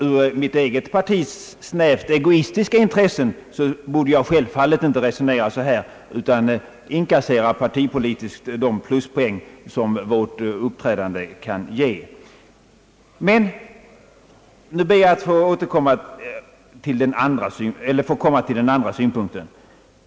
I mitt eget partis snävt egoistiska intres se borde jag självfallet inte resonera så här, utan partipolitiskt inkassera de pluspoäng som vårt uppträdande kan ge. Sedan ber jag att få komma till den andra synpunkten.